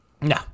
No